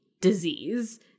disease